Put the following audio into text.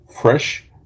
Fresh